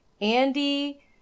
Andy